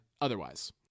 otherwise